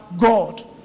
God